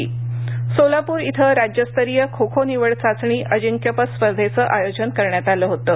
खो खो सोलापुरइथं राज्यस्तरीय खो खो निवड चाचणी अजिंक्यपद स्पर्धेंच आयोजन करण्यात आलं होतं